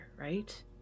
right